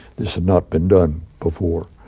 this had not been done before.